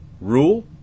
rule